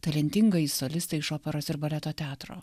talentingąjį solistą iš operos ir baleto teatro